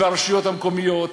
והרשויות המקומיות,